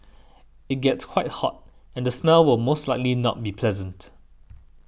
it gets quite hot and the smell will most likely not be pleasant